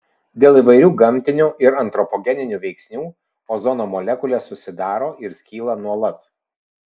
dėl įvairių gamtinių ir antropogeninių veiksnių ozono molekulės susidaro ir skyla nuolat